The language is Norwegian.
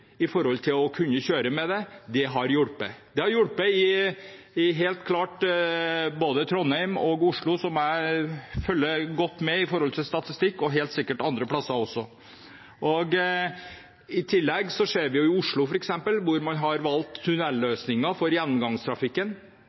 har hjulpet. Det har hjulpet både i Trondheim og i Oslo, som jeg følger godt med på i statistikken, og helt sikkert andre steder også. I tillegg har man i Oslo valgt tunnelløsninger for gjennomgangstrafikken. Det er et godt tiltak, for